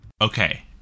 Okay